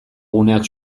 guneak